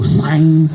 sign